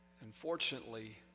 Unfortunately